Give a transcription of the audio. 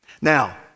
Now